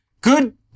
good